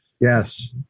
Yes